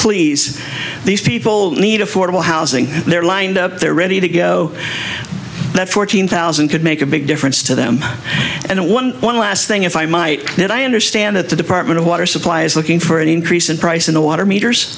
please these people need affordable housing they're lined up their need to go that fourteen thousand could make a big difference to them and one one last thing if i might add i understand that the department of water supply is looking for any increase in price in the water meters